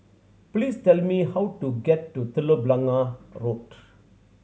please tell me how to get to Telok Blangah Road